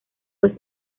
pues